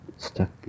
Stuck